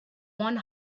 one